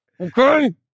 Okay